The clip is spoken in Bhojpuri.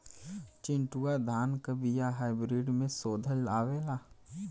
चिन्टूवा धान क बिया हाइब्रिड में शोधल आवेला?